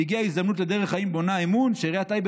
והגיעה ההזדמנות לדרך חיים בונה אמון שעיריית טייבה